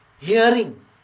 Hearing